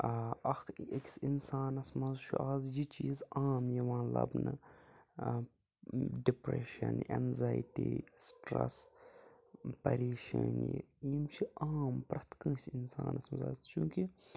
آ اَکھ أکِس اِنسانَس منٛز چھُ آز یہِ چیٖز عام یِوان لَبنہٕ ڈِپریٮ۪شَن انزایٹی سٹرٛس پرییشٲنی یِم چھِ عام پرٛٮ۪تھ کٲنٛسہِ اِنسانَس منٛز آز چوٗنٛکہِ